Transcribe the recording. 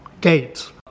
gates